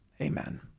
Amen